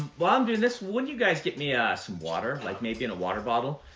while i'm doing this, would you guys get me ah some water, like maybe in a water bottle,